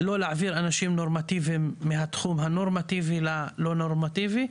לא להעביר אנשים נורמטיביים מהתחום הנורמטיבי לתחום הלא הנורמטיבי.